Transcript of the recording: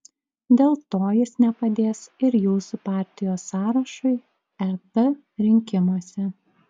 dėl to jis nepadės ir jūsų partijos sąrašui ep rinkimuose